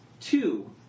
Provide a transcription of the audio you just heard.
two